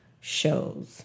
shows